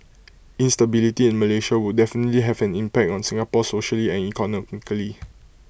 instability in Malaysia would definitely have an impact on Singapore socially and economically